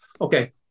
okay